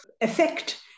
effect